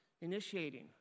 initiating